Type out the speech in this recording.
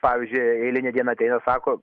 pavyzdžiui eilinė diena ateina sako